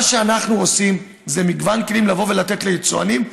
מה שאנחנו עושים זה מגוון כלים לבוא ולתת ליצואנים,